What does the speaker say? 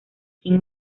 team